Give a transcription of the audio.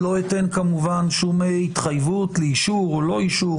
לא אתן כמובן שום התחייבות לאישור או לא אישור,